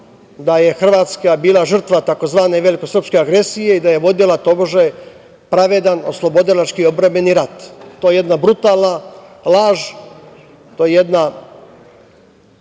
da je Hrvatska bila žrtva tzv. velikosrpske agresije i da je vodila tobože pravedan oslobodilački, odbrambeni rat. To je jedna brutalna laž. To je jedna